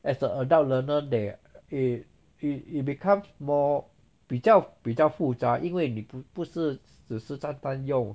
as the adult learner there it it it becomes more 比较比较复杂因为你不不是只是单单用